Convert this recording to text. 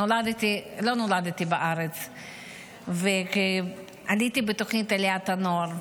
לא נולדתי בארץ, ועליתי בתוכנית עליית הנוער.